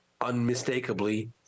unmistakably